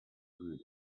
good